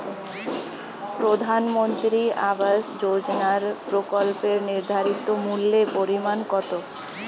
প্রধানমন্ত্রী আবাস যোজনার প্রকল্পের নির্ধারিত মূল্যে পরিমাণ কত?